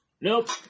Nope